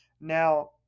now